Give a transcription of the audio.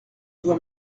doit